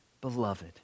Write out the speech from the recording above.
Beloved